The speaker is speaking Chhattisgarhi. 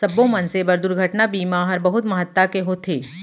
सब्बो मनसे बर दुरघटना बीमा हर बहुत महत्ता के होथे